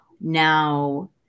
now